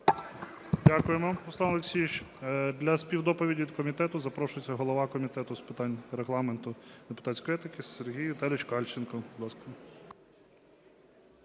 Дякуємо,